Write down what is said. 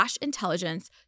intelligence